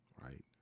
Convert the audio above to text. right